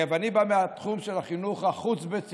ואני בא מהתחום של החינוך החוץ בית ספרי,